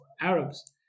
Arabs